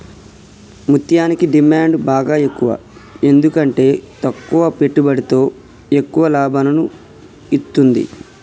ముత్యనికి డిమాండ్ బాగ ఎక్కువ ఎందుకంటే తక్కువ పెట్టుబడితో ఎక్కువ లాభాలను ఇత్తుంది